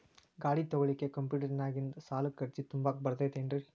ಗಾಡಿ ತೊಗೋಳಿಕ್ಕೆ ಕಂಪ್ಯೂಟೆರ್ನ್ಯಾಗಿಂದ ಸಾಲಕ್ಕ್ ಅರ್ಜಿ ತುಂಬಾಕ ಬರತೈತೇನ್ರೇ?